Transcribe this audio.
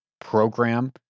program